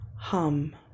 hum